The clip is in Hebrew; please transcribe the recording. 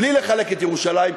בלי לחלק את ירושלים,